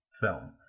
film